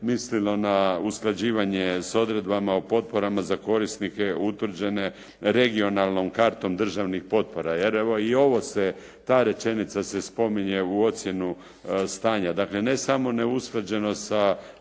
mislilo na usklađivanje s odredbama o potporama za korisnike utvrđene regionalnom kartom državnih potpora? Jer i ovo se, ta rečenica se spominje u ocjenu stanja. Dakle ne samo neusklađenost